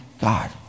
God